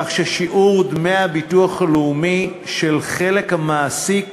כך ששיעור דמי הביטוח הלאומי של חלק המעסיק